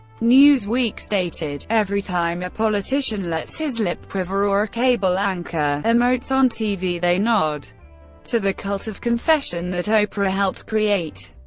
newsweek stated every time a politician lets his lip quiver or a cable anchor emotes on tv, they nod to the cult of confession that oprah helped create.